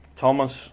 Thomas